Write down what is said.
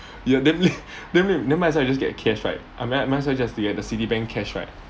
ya then then I might as get cash right I might as well just get the Citibank cash right